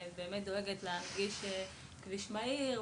ובאמת דואגת להנגיש כביש מהיר,